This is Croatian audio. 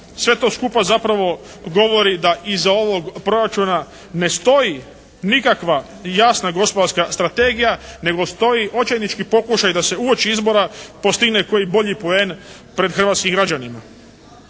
Sve to skupa zapravo govori da iza ovog proračuna ne stoji nikakva jasna gospodarska strategija nego stoji očajnički pokušaj da se uoči izbora postigne koji bolji poen pred hrvatskim građanima.